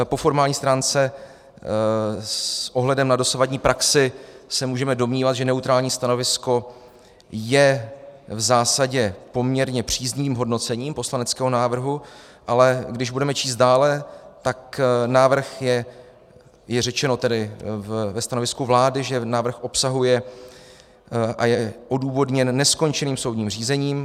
Po formální stránce s ohledem na dosavadní praxi se můžeme domnívat, že neutrální stanovisko je v zásadě poměrně příznivým hodnocením poslaneckého návrhu, ale když budeme číst dále, tak návrh je je řečeno tedy ve stanovisku vlády, že návrh obsahuje a je odůvodněn neskončeným soudním řízením.